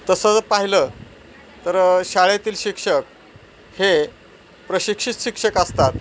तसं जर पाहिलं तर शाळेतील शिक्षक हे प्रशिक्षित शिक्षक असतात